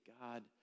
God